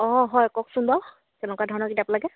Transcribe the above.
অঁ হয় কওকচোন বাৰু তেনেকুৱা ধৰণৰ কিতাপ লাগে